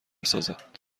سازد